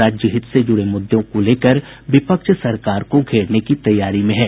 राज्यहित से जुड़े मुद्दों को लेकर विपक्ष सरकार को घेरने की तैयारी में है